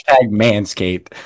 Manscaped